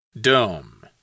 dome